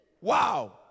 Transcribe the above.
Wow